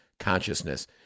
consciousness